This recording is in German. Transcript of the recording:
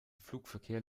flugverkehr